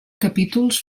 capítols